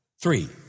Three